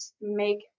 make